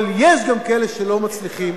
אבל יש גם כאלה שלא מצליחים